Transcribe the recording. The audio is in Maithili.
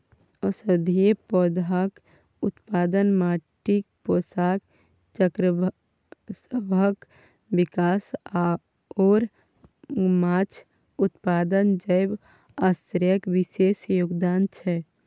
औषधीय पौधाक उत्पादन, माटिक पोषक चक्रसभक विकास आओर माछ उत्पादन जैव आश्रयक विशेष योगदान छै